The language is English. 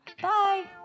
Bye